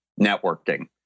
networking